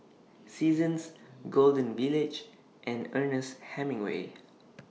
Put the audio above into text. Seasons Golden Village and Ernest Hemingway